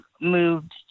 moved